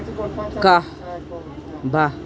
کہہ بہہ